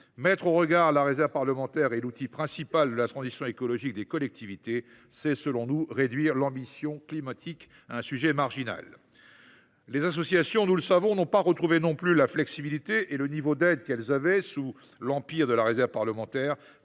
Mettre en regard la réserve parlementaire et l’outil principal de la transition écologique des collectivités, c’est réduire l’ambition climatique et en faire un sujet marginal ! Les associations, nous le savons, n’ont pas retrouvé non plus la flexibilité et le niveau d’aide qu’elles avaient sous l’empire de la réserve parlementaire.